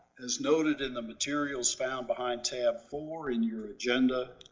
as noted in the materials found behind tab four in your agenda,